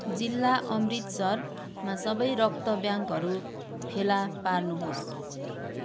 जिल्ला अमृतसरमा सबै रक्त ब्याङ्कहरू फेला पार्नुहोस्